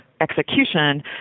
execution